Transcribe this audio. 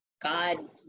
God